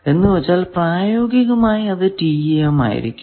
എന്ന് വച്ചാൽ പ്രായോഗികമായി അത് TEM ആയിരിക്കും